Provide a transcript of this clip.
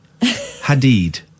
Hadid